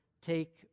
Take